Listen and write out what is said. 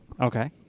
Okay